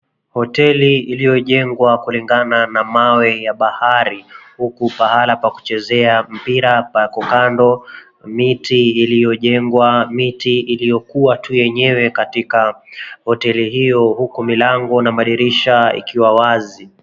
Hoteli iliyojengwa kulingana na mawe ya bahari, huku pahala pakuchezea mpira pako kando, miti iliyojengwa, miti iliyokuwa tu yenyewe katika hoteli hiyo. Huku milango na madirisha ikiwa wazi.